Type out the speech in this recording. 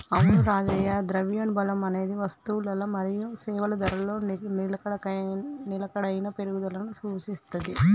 అవును రాజయ్య ద్రవ్యోల్బణం అనేది వస్తువులల మరియు సేవల ధరలలో నిలకడైన పెరుగుదలకు సూచిత్తది